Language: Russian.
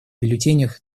бюллетенях